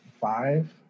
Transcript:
Five